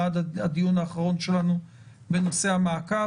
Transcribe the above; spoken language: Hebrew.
מאז הדיון האחרון שלנו בנושא המעקב.